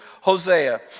Hosea